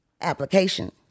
application